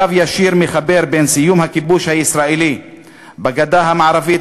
קו ישיר מחבר בין סיום הכיבוש הישראלי בגדה המערבית